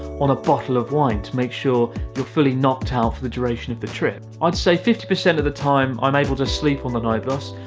on a bottle of wine to make sure you're fully knocked out for the duration of the trip. i'd say fifty of the time, i'm able to sleep on the night bus.